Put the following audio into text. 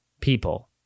people